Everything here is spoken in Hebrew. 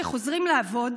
כשחוזרים לעבוד,